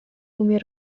umie